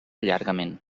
llargament